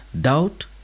doubt